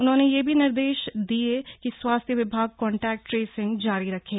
उन्होंने यह भी निर्देश दिए कि स्वास्थ्य विभाग कांटेक्ट ट्रेसिंग जारी रखे